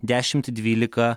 dešimt dvylika